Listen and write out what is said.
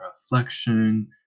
reflection